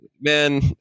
Man